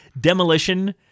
Demolition